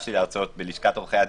שנתבקשתי להרצות בלשכת עורכי הדין,